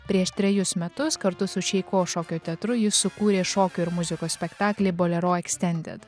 prieš trejus metus kartu su šeiko šokio teatru jis sukūrė šokio ir muzikos spektaklį bolero ekstendet